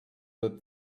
that